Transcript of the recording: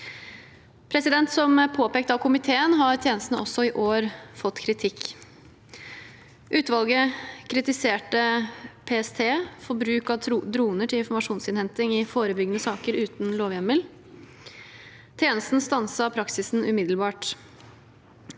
betryggende. Som påpekt av komiteen, har tjenestene også i år fått kritikk. Utvalget kritiserte PST for bruk av droner til informasjonsinnhenting i forebyggende saker uten lovhjemmel. Tjenesten stanset praksisen umiddelbart.